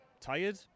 Tired